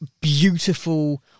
beautiful